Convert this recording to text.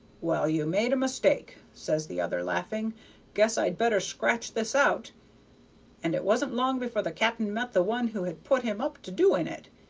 well, you made a mistake says the other, laughing guess i'd better scratch this out and it wasn't long before the cap'n met the one who had put him up to doing it,